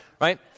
right